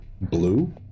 blue